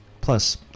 plus